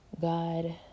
God